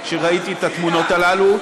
כשראיתי את התמונות האלה.